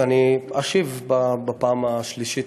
אז אני אשיב בפעם השלישית,